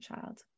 child